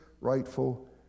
rightful